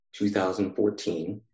2014